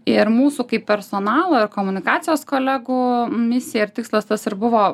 ir mūsų kaip personalo ir komunikacijos kolegų misija ir tikslas tas ir buvo